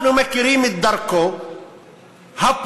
אנחנו מכירים את דרכו הפוליטית